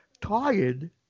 tired